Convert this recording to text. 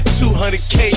200k